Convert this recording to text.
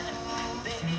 Baby